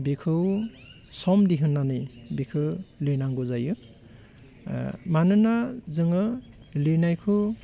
बिखौ सम दिहुननानै बिखो लिरनांगौ जायो मानोना जोङो लिरनायखौ